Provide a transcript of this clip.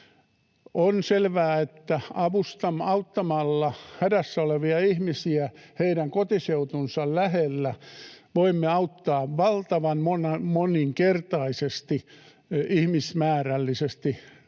On selvää, että auttamalla hädässä olevia ihmisiä heidän kotiseutunsa lähellä voimme auttaa ihmismäärällisesti valtavan